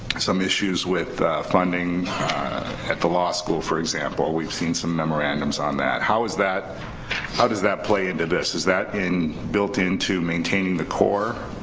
some issues with funding at the law school for example, we've seen some memorandums on that, how is that how does that play into this, is that in built into maintaining the core